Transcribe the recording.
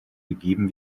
begeben